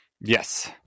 Yes